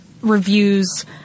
reviews